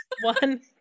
One